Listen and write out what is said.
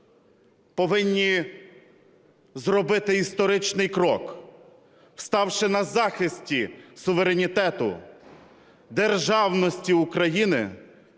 повинні зробити історичний крок, ставши на захист суверенітету, державності України,